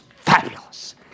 fabulous